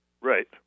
Right